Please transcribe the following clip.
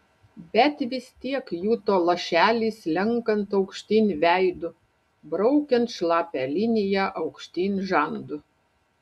bet vis tiek juto lašelį slenkant aukštyn veidu braukiant šlapią liniją aukštyn žandu